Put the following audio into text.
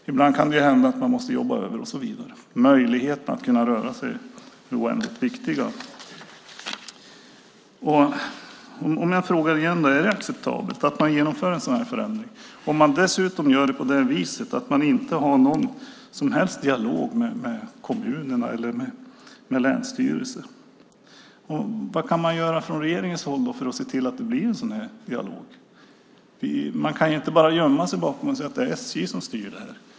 Ibland kan det hända att man måste jobba över och så vidare. Möjligheten att röra sig är oändligt viktig. Jag frågar igen om det är acceptabelt att man genomför en sådan här förändring. Dessutom gör man det på det viset att man inte har någon som helst dialog med kommunerna eller med länsstyrelser. Vad kan man göra från regeringens håll för att se till att det blir en sådan här dialog? Man kan ju inte bara gömma sig och säga att det är SJ som styr det här.